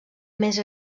més